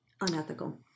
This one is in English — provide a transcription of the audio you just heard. Unethical